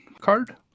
card